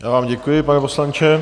Já vám děkuji, pane poslanče.